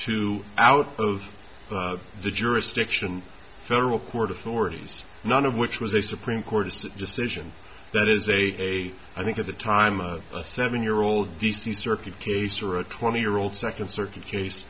two out of the jurisdiction federal court authorities none of which was a supreme court decision that is a i think at the time a seven year old d c circuit case or a twenty year old second circuit case